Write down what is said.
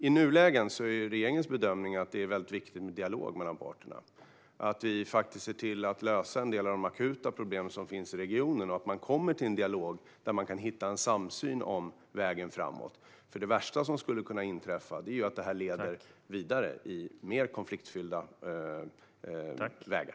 I nuläget är regeringens bedömning att det viktiga är dialog mellan parterna, att vi ser till att lösa en del av de akuta problem som finns i regionen och att man kommer till en dialog där man kan hitta en samsyn om vägen framåt. Det värsta som skulle kunna inträffa är ju att det här leder vidare på mer konfliktfyllda vägar.